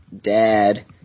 Dad